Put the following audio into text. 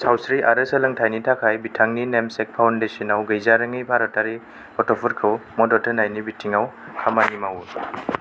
सावस्रि आरो सोलोंथायनि थाखाय बिथांनि नेमसेक फाउंडेशनआव गैजारोङै भारतारि गथ'फोरखौ मदद होनायनि बिथिङाव खामानि मावो